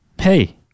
Hey